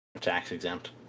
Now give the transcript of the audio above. Tax-exempt